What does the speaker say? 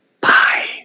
Bye